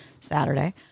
Saturday